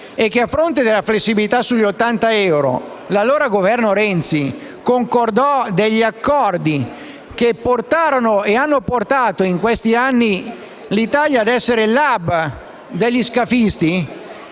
e che, a fronte della flessibilità sugli 80 euro, l'allora Governo Renzi concordò degli accordi che portarono e hanno portato in questi anni l'Italia essere l'*hub* degli scafisti,